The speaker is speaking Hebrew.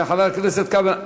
חבר הכנסת כבל,